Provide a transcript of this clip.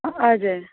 हजुर